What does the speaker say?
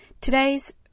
Today's